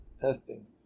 Testing